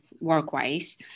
work-wise